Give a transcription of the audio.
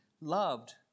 loved